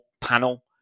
panel